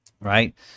right